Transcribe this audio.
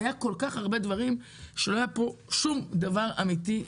היו כל כך הרבה דברים שלא היה פה שום דבר גורף,